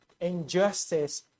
injustice